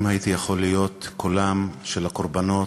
אם הייתי יכול להיות קולם של הקורבנות,